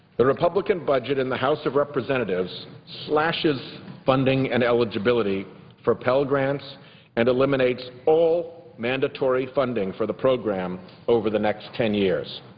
the republican budget in the house of representatives slashes funding and eligibility for pell and eliminates all mandatory funding for the program over the next ten years.